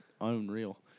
unreal